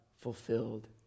fulfilled